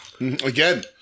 Again